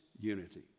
unity